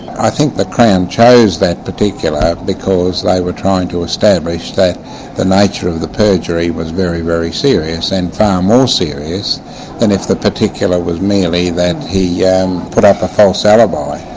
i think the crown chose that particular because they were trying to establish that the nature of the perjury was very, very serious, and far more serious than if the particular was merely that he yeah put up a false alibi.